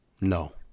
No